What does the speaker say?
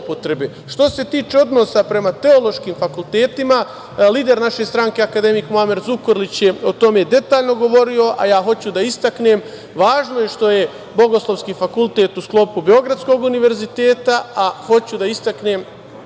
se tiče odnosa prema teološkim fakultetima, lider naše stranke akademik Muamer Zukorlić je o tome detaljno govorio, a ja hoću da istaknem, važno je što je Bogoslovski fakultet u sklopu Beogradskog univerziteta, a hoću da istaknem